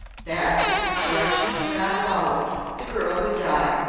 that if his directions were not followed, the girl would die,